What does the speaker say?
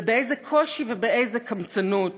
ובאיזה קושי ובאיזו קמצנות